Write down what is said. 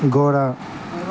गौरव